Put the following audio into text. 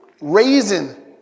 raising